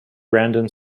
brandon